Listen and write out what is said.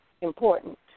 important